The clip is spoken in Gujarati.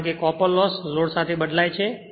કારણ કે કોપર લોસ લોડ સાથે બદલાય છે